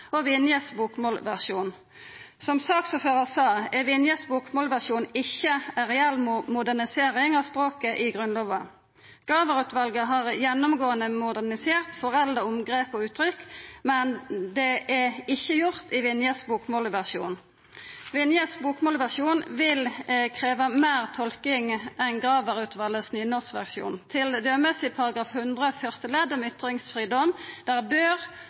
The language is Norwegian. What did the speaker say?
og Vinje sin bokmålsversjon. Som saksordføraren sa, er Vinje sin bokmålsversjon ikkje ei reell modernisering av språket i Grunnlova. Graver-utvalet har gjennomgåande modernisert forelda omgrep og uttrykk, men det er ikkje gjort i Vinje sin bokmålsversjon. Vinje sin bokmålsversjon vil krevja meir tolking enn Graver-utvalet sin nynorskversjon – t.d. i § 100 første ledd om ytringsfridom, der